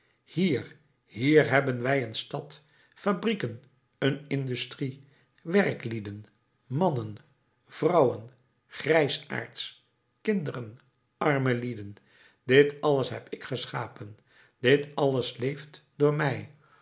hier hier hebben wij een stad fabrieken een industrie werklieden mannen vrouwen grijsaards kinderen arme lieden dit alles heb ik geschapen dit alles leeft door mij